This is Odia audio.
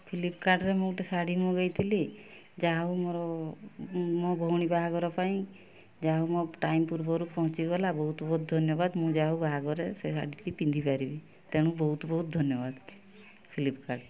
ଫ୍ଲିପ୍କାର୍ଟରେ ମୁଁ ଗୋଟେ ଶାଢ଼ୀ ମଗେଇଥିଲି ଯାହାହେଉ ମୋର ମୋ ମୁଁ ମୋ ଭଉଣୀ ବାହାଘର ପାଇଁ ଯାହାହେଉ ମୋ ଟାଇମ୍ ପୂର୍ବରୁ ପହଞ୍ଚିଗଲା ବହୁତ ବହୁତ ଧନ୍ୟବାଦ ମୁଁ ଯାହାହେଉ ବାହାଘରରେ ସେ ଶାଢ଼ିଟି ପିନ୍ଧିପାରିବି ତେଣୁ ବହୁତ ବହୁତ ଧନ୍ୟବାଦ ଫ୍ଲିପ୍କାର୍ଟ